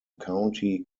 county